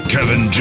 Kevin